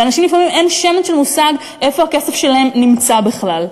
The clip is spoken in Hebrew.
לאנשים לפעמים אין שמץ של מושג איפה הכסף שלהם נמצא בכלל.